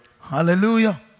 Hallelujah